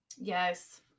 yes